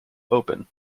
open